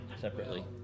separately